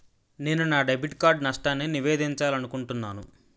నేను నా debit card నష్టాన్ని నివేదించాలనుకుంటున్నాను